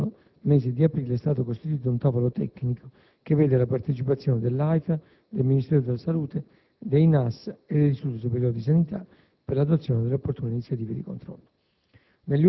nello scorso mese di aprile è stato costituito un tavolo tecnico, che vede la partecipazione dell'AIFA, del Ministero della Salute, dei NAS e dell'Istituto Superiore di Sanità, per 1'adozione delle opportune iniziative di controllo.